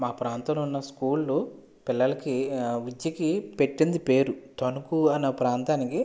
మా ప్రాంతంలో ఉన్న స్కూల్లో పిల్లలకి విద్యకి పెట్టింది పేరు తణుకు అన ప్రాంతానికి